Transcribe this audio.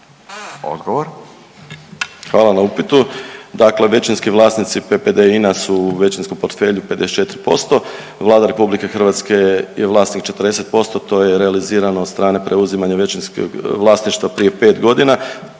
Tugomir** Hvala na upitu. Dakle, većinski vlasnici PPD INA su u većinskom portfelju 54%. Vlada Republike Hrvatske je vlasnik 40%. To je realizirano od strane preuzimanja većinskog vlasništva prije pet godina.